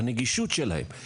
הנגישות שלהם,